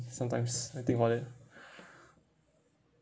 sometimes I think about it